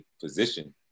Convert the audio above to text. position